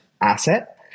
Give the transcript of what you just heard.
asset